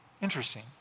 Interesting